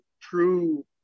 true